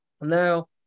Now